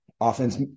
Offense